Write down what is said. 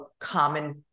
common